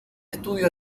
estudio